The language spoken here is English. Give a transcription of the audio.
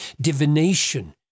divination